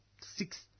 six